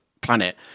planet